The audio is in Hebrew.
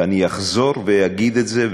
ואני אחזור ואגיד את זה,